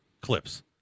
clips